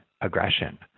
aggression